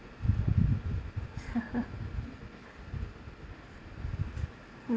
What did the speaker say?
mm